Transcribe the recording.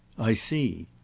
i see.